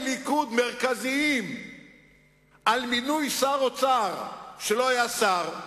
ליכוד מרכזיים על מינוי שר אוצר שלא היה שר,